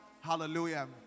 Hallelujah